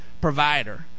provider